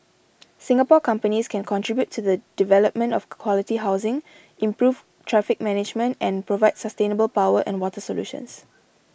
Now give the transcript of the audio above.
Singapore companies can contribute to the development of quality housing improve traffic management and provide sustainable power and water solutions